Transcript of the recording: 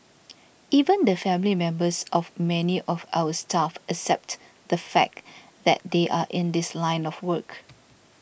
even the family members of many of our staff accept the fact that they are in this line of work